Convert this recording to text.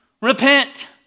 repent